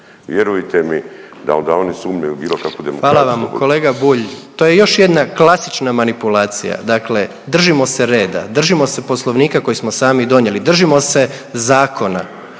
ne razumije./... **Jandroković, Gordan (HDZ)** Hvala vam. Kolega Bulj, to je još jedna klasična manipulacija. Dakle držimo se reda, držimo se poslovnika koji smo sami donijeli, držimo se zakona.